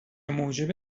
موجب